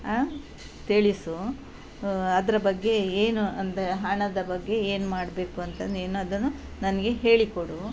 ಹಾಂ ತಿಳಿಸು ಅದರ ಬಗ್ಗೆ ಏನು ಅಂದ್ರೆ ಹಣದ ಬಗ್ಗೆ ಏನು ಮಾಡಬೇಕು ಅಂತ ನೀನು ಅದನ್ನು ನನಗೆ ಹೇಳಿಕೊಡು